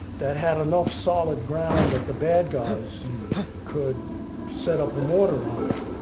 that had enough solid ground that the bad guys could set up a mortar on it.